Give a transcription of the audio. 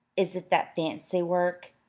is it that fancy-work?